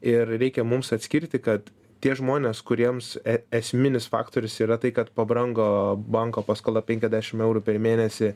ir reikia mums atskirti kad tie žmonės kuriems esminis faktorius yra tai kad pabrango banko paskola penkiasdešim eurų per mėnesį